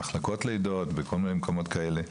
במחלקות ליולדות ובכל מיני מקומות כאלה.